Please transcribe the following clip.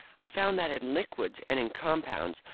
i found that in liquids, and in compounds,